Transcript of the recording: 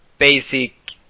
basic